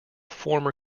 former